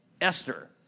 Esther